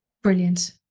Brilliant